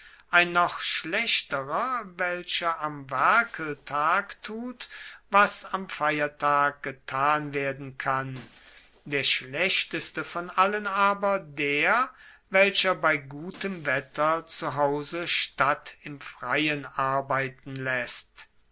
ein noch schlechterer welcher am werkeltag tut was am feiertag getan werden kann der schlechteste von allen aber der welcher bei gutem wetter zu hause statt im freien arbeiten laesst